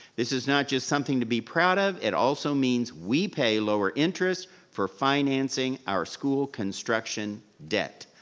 this is not just something to be proud of. it also means we pay lower interest for financing our school construction debt,